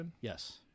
Yes